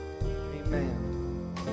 amen